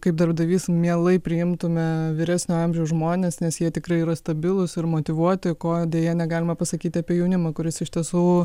kaip darbdavys mielai priimtume vyresnio amžiaus žmones nes jie tikrai yra stabilūs ir motyvuoti ko deja negalima pasakyti apie jaunimą kuris iš tiesų